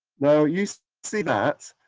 now, you see that,